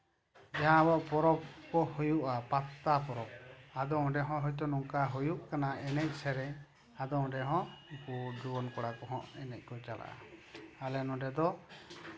ᱡᱟᱦᱟᱸ ᱟᱵᱚ ᱯᱚᱨᱚᱵ ᱠᱚ ᱦᱩᱭᱩᱜᱼᱟ ᱯᱟᱛᱟ ᱯᱚᱨᱚᱵ ᱟᱫᱚ ᱚᱸᱰᱮ ᱦᱚᱸ ᱦᱳᱭᱛᱳ ᱦᱩᱭᱩᱜ ᱠᱟᱱᱟ ᱮᱱᱮᱡᱼᱥᱮᱹᱨᱮᱹᱧ ᱟᱫᱚ ᱚᱸᱰᱮ ᱦᱚᱸ ᱡᱩᱣᱟᱹᱱ ᱠᱚᱲᱟ ᱠᱚᱦᱚᱸ ᱮᱱᱮᱡ ᱠᱚ ᱪᱟᱞᱟᱜᱼᱟ ᱟᱞᱮ ᱱᱚᱸᱰᱮ ᱫᱚ